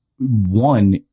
one